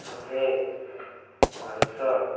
ଶହେ ପାଞ୍ଚ ଶହ